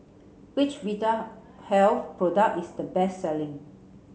Which Vitahealth product is the best selling